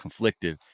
conflictive